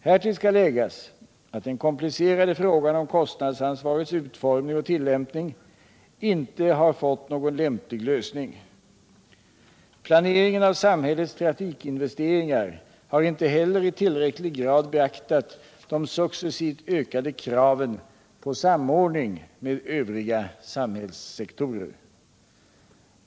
Härtill skall läggas att den komplicerade frågan om kostnadsansvarets utformning och tillämpning inte har fått någon lämplig lösning. Planeringen av samhällets trafikinvesteringar har inte heller i tillräcklig grad beaktat de successivt ökade kraven på samordning med övriga samhällssektorer.